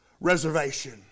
reservation